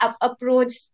approach